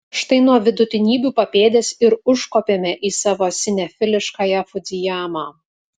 štai nuo vidutinybių papėdės ir užkopėme į savo sinefiliškąją fudzijamą